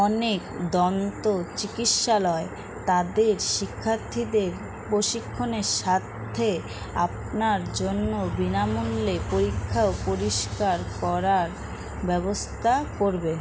অনেক দন্ত্য চিকিৎসালয় তাদের শিক্ষার্থীদের প্রশিক্ষণের স্বার্থে আপনার জন্য বিনামূল্যে পরীক্ষা ও পরিষ্কার করার ব্যবস্থা করবে